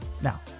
Now